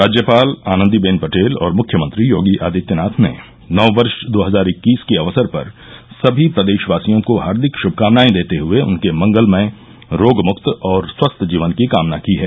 राज्यपाल आनन्दीबेन पटेल और मुख्यमंत्री योगी आदित्यनाथ ने नव वर्ष दो हजार इक्कीस के अवसर पर सभी प्रदेशवासियों को हार्दिक शुभकामनाएं देते हुए उनके मंगलमय रोगमुक्त एवं स्वस्थ जीवन की कामना की है